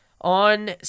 On